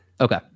Okay